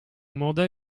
mandat